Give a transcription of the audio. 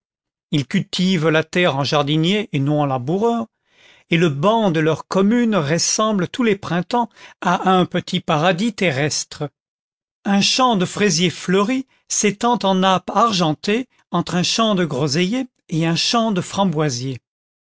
ils cultivent la terre en jardiniers et non en laboureurs et le ban de leur commune ressemble tous les printemps à un petit parradis terrestre un champ de frai siers fleuris s'étend en nappe argentée entre ut champ de groseilliers et un champ de framboiîiers